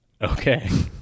okay